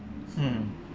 hmm